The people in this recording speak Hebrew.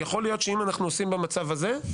יכול להיות שאם אנחנו עושים במצב הזה,